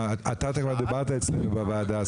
כבר דיברת אצלנו בוועדה,